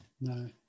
No